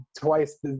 twice